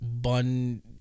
bun